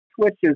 twitches